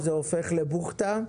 זה הופך לבוכטה.